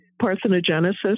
parthenogenesis